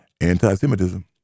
anti-Semitism